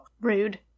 Rude